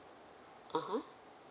(uh huh)